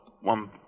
one